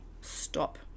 stop